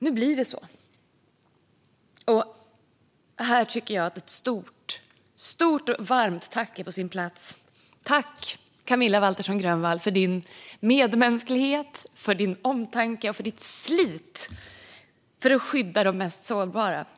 Nu blir det så. Här tycker jag att ett stort och varmt tack är på sin plats till Camilla Waltersson Grönvall för hennes medmänsklighet, omtanke och slit för att skydda de mest sårbara.